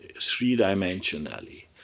three-dimensionally